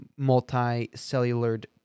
multicellular